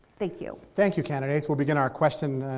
thank you. thank you, candidates. we'll begin our question and